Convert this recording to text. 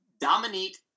dominique